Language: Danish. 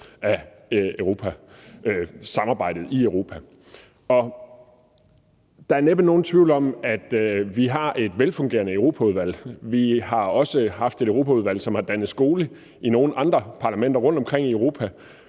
af samarbejdet i Europa; og der er næppe nogen tvivl om, at vi har et velfungerende Europaudvalg. Vi har også haft et Europaudvalg, som har dannet skole for nogle andre parlamenter rundtomkring i Europa,